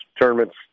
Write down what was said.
tournament's